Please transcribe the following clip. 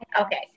Okay